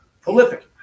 Prolific